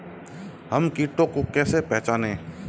हम कीटों को कैसे पहचाने?